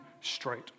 straight